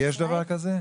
אה, יש דבר כזה?